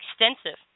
extensive